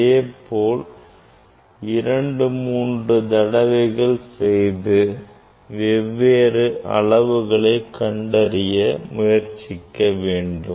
இதுபோல் இரண்டு மூன்று தடவைகள் செய்து வெவ்வேறு அளவுகளை கண்டறிய முயற்சிக்க வேண்டும்